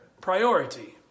priority